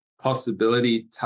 Possibility